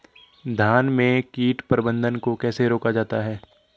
धान में कीट प्रबंधन को कैसे रोका जाता है?